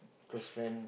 close friend